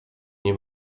nie